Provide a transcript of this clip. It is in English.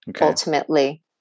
ultimately